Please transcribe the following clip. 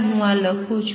ચાલો હું આ લખું